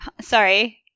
Sorry